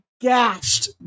gashed